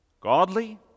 godly